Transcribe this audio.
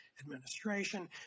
administration